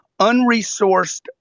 unresourced